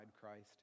Christ